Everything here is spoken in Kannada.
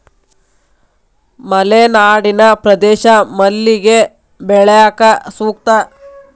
ಮಲೆನಾಡಿನ ಪ್ರದೇಶ ಮಲ್ಲಿಗೆ ಬೆಳ್ಯಾಕ ಸೂಕ್ತ